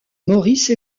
maurice